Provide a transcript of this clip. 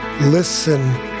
Listen